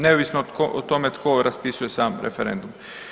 Neovisno o tome tko raspisuje sam referendum.